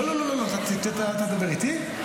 לא לא לא, אתה מדבר איתי.